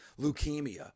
leukemia